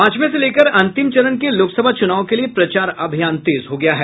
पांचवें से लेकर अंतिम चरण के लोकसभा चुनाव के लिए प्रचार अभियान तेज हो गया है